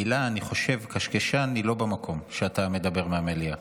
אני חושב שהמילה קשקשן היא לא במקום כשאתה מדבר מהמליאה.